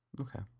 Okay